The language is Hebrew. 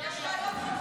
יש ראיות חותכות